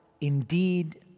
indeed